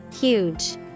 Huge